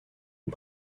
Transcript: une